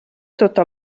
tota